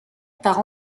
part